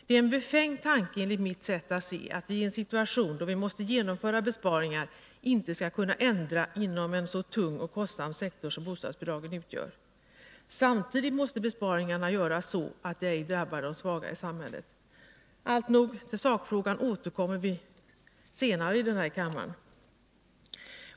Det är en befängd tanke, enligt mitt sätt att se, att vi i en situation där vi måste genomföra besparingar inte skulle kunna ändra inom en så tung och kostsam sektor som bostadsbidragen utgör. Samtidigt måste besparingarna göras så, att de ej drabbar de svaga i samhället. Alltnog, till sakfrågan återkommer vi senare i denna kammare.